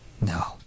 No